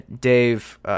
Dave –